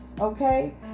okay